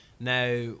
Now